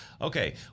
okay